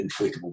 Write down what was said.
inflatable